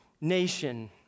nation